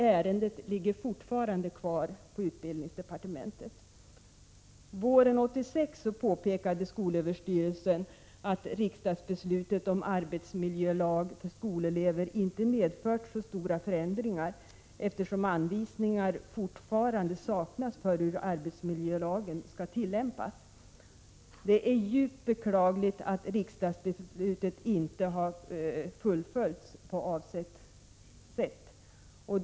Ärendet ligger fortfarande kvar hos utbildningsdepartementet. Våren 1986 påpekade skolöverstyrelsen att riksdagsbeslutet om arbetsmiljölag för skolelever inte medfört så stora förändringar, eftersom anvisningar fortfarande saknas för hur arbetsmiljölagen skall tillämpas. Det är djupt beklagligt att riksdagsbeslutet inte har fullföljts på avsett vis.